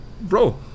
bro